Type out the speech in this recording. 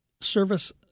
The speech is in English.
service